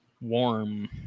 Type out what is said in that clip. warm